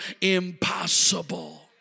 impossible